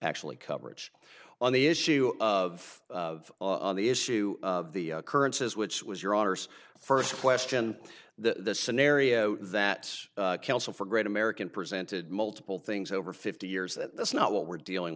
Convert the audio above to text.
actually coverage on the issue of the issue of the occurrences which was your honour's first question the scenario that counsel for great american presented multiple things over fifty years that this not what we're dealing